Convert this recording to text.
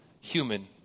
human